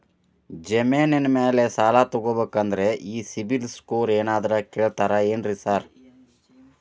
ಜಮೇನಿನ ಮ್ಯಾಲೆ ಸಾಲ ತಗಬೇಕಂದ್ರೆ ಈ ಸಿಬಿಲ್ ಸ್ಕೋರ್ ಏನಾದ್ರ ಕೇಳ್ತಾರ್ ಏನ್ರಿ ಸಾರ್?